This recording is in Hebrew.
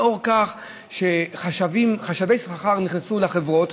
לנוכח זה שחשבי שכר נכנסו לחברות,